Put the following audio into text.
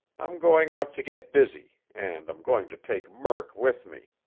i'm going out to get busy, and i'm going to take murk with me.